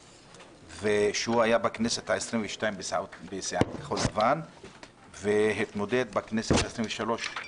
שהיה בכנסת העשרים-ושתיים בסיעת כחול לבן והתמודד בכנסת העשרים-ושלוש,